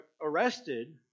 arrested